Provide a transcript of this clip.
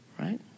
Right